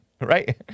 right